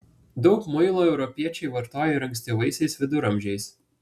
daug muilo europiečiai vartojo ir ankstyvaisiais viduramžiais